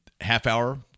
half-hour